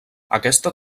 aquesta